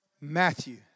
Matthew